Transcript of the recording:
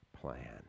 plan